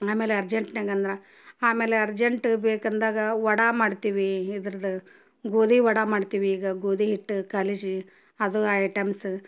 ಆಮೇಲೆ ಅರ್ಜೆಂಟ್ನ್ಯಾಗ ಅಂದ್ರೆ ಆಮೇಲೆ ಅರ್ಜೆಂಟ ಬೇಕಂದಾಗ ವಡೆ ಮಾಡ್ತೀವಿ ಇದ್ರದು ಗೋಧಿ ವಡೆ ಮಾಡ್ತಿವಿ ಈಗ ಗೋಧಿ ಹಿಟ್ಟು ಕಲಸಿ ಅದು ಐಟಮ್ಸ